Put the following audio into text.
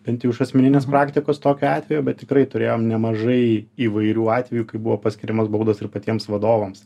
bent jau iš asmeninės praktikos tokio atvejo bet tikrai turėjom nemažai įvairių atvejų kai buvo paskiriamos baudos ir patiems vadovams